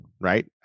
right